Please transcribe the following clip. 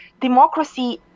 democracy